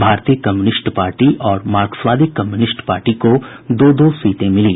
भारतीय communist party और मार्क्सवादी कम्युनिष्ट पार्टी को दो दो सीटें मिली